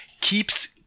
keeps